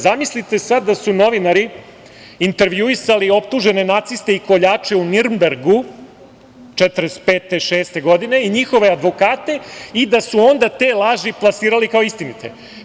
Zamislite sada da su novinari intervjuisali optužene naciste i koljače u Nirmbergu 1945, 1946. godine i njihove advokate i da su onda te laži plasirali kao istinite?